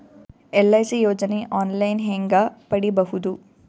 LIC ಯೋಜನೆ online ಹೇಂಗ ಪಡಿಬಹುದು?